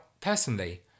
personally